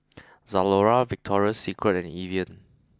Zalora Victoria Secret and Evian